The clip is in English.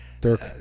Dirk